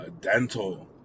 dental